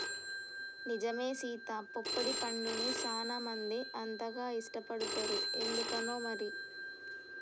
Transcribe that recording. నిజమే సీత పొప్పడి పండుని సానా మంది అంతగా ఇష్టపడరు ఎందుకనో మరి